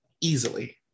easily